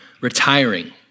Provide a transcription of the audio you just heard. retiring